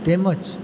તેમજ